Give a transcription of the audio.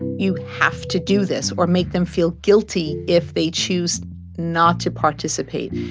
you have to do this or make them feel guilty if they choose not to participate.